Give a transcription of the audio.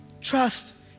trust